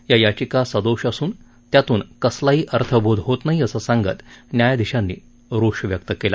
या याचिका सदोष असून त्यातून कसलाही अर्थबोध होत नाही असं सांगत न्यायधीशांनी रोष व्यक्त केला